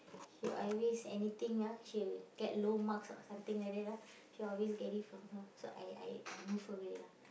she always anything ah she get low marks or something like that ah she always get it from her so I I I move away lah